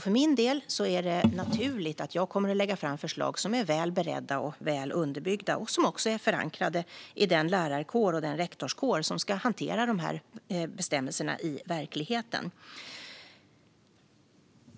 För min del är det naturligt att lägga fram förslag som är väl beredda och väl underbyggda. De ska också vara förankrade i den lärarkår och rektorskår som ska hantera bestämmelserna i verkligheten.